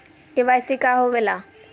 KYC का होवेला?